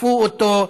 תקפו אותו,